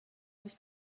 was